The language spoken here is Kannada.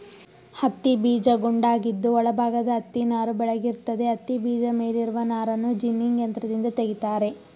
ಹತ್ತಿಬೀಜ ಗುಂಡಾಗಿದ್ದು ಒಳ ಭಾಗದ ಹತ್ತಿನಾರು ಬೆಳ್ಳಗಿರ್ತದೆ ಹತ್ತಿಬೀಜ ಮೇಲಿರುವ ನಾರನ್ನು ಜಿನ್ನಿಂಗ್ ಯಂತ್ರದಿಂದ ತೆಗಿತಾರೆ